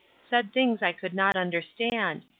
said things i could not understand,